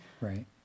Right